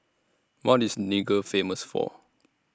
What IS Niger Famous For